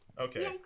Okay